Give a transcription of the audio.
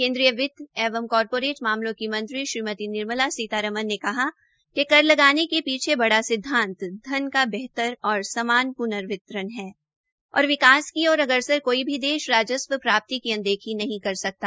केन्द्रीय वित्तएवं कॉरपोरेट मामलों की मंत्री श्रीमती निर्मला सीतारमन ने कहा कि कर लगाने के पीछे बड़ा सिद्वांत धन का बेहतर और समान प्र्नवितरण है और विकास की ओर अग्रसर कोई भी देश राजस्व प्राप्ति की अनदेखी नहीं कर सकता